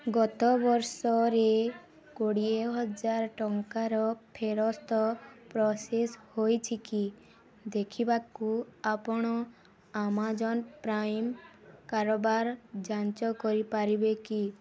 ଗତ ବର୍ଷରେ କୋଡ଼ିଏହଜାର ଟଙ୍କାର ଫେରସ୍ତ ପ୍ରୋସେସ୍ ହେଇଛି କି ଦେଖିବାକୁ ଆପଣ ଆମାଜନ୍ ପ୍ରାଇମ୍ କାରବାର ଯାଞ୍ଚ କରିପାରିବେ କି